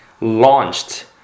launched